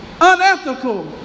unethical